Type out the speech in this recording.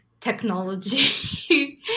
technology